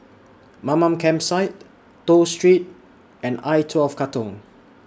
Mamam Campsite Toh Street and I twelve Katong